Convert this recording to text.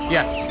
Yes